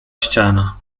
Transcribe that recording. ściana